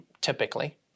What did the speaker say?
typically